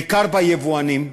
בעיקר ביבואנים,